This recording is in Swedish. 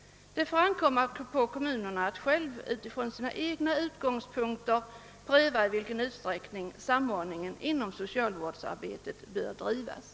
Det får ankomma på kommunerna själva att utifrån sina egna utgångspunkter pröva i vilken utsträckning samordningen inom socialvårdsarbetet bör bedrivas.